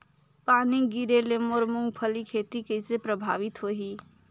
पानी गिरे ले मोर मुंगफली खेती कइसे प्रभावित होही?